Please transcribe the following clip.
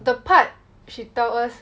the part she tell us